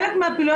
עם שפ"י,